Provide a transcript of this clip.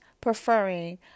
preferring